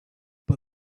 but